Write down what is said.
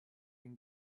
been